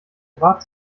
draht